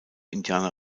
indianer